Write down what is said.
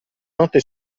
notte